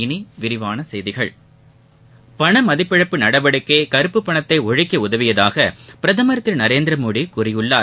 இனி விரிவான செய்திகள் பண மதிப்பிழப்பு நடவடிக்கை கருப்பு பணத்தை ஒழிக்க உதவியதாக பிரதமர் திரு நரேந்திர மோடி கூறியுள்ளார்